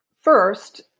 first